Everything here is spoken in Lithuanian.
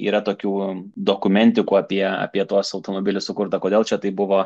yra tokių dokumentikų apie apie tuos automobilius sukurta kodėl čia taip buvo